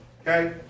okay